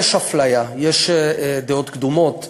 יש במדינה אפליה, יש דעות קדומות,